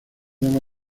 daba